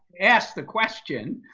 ask the question.